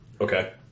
Okay